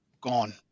gone